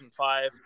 2005